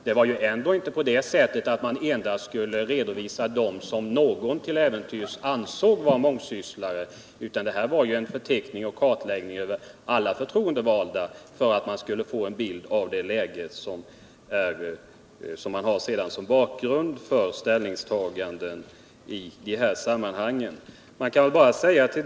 Det var inte endevaldas arbetsså att man endast skulle redovisa dem som någon till äventyrs ansåg vara villkor m.m. mångsysslare, utan det skulle vara en förteckning över och kartläggning av alla förtroendevalda för att man skulle få en bild av läget som bakgrund för ställningstaganden.